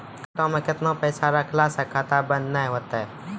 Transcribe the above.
खाता मे केतना पैसा रखला से खाता बंद नैय होय तै?